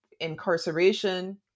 incarceration